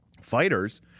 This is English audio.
Fighters